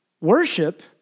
Worship